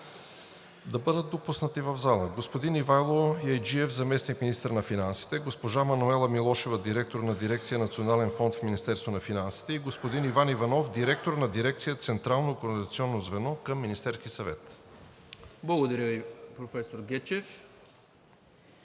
Благодаря Ви, професор Гечев.